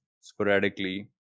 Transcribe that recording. sporadically